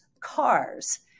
cars